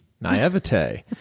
naivete